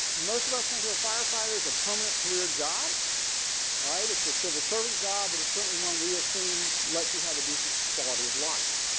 most of us think of a firefighter as a permanent career job right. it's a civil servant job but it's certainly one we assume let you have a decent quality of life.